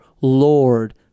Lord